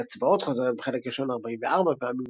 המילה "צבאות" חוזרת בחלק הראשון 44 פעמים